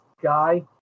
guy